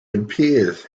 appears